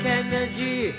energy